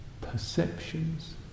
perceptions